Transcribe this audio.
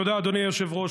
תודה, אדוני היושב-ראש.